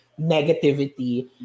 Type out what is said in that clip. negativity